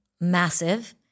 Massive